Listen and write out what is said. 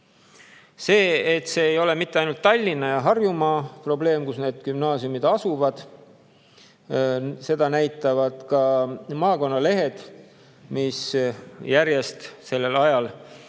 Seda, et see ei olnud mitte ainult Tallinna ja Harjumaa probleem, kus need gümnaasiumid asuvad, näitavad ka maakonnalehed, mis järjest tõstavad